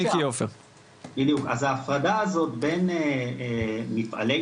אז ההפרדה הזאת בין יצרנים,